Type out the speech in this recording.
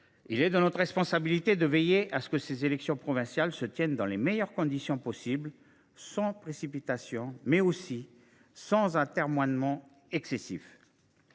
Il est de notre responsabilité de veiller à ce que ces élections provinciales se tiennent dans les meilleures conditions possible, sans précipitation, mais aussi sans atermoiement excessif.